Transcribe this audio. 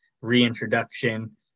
reintroduction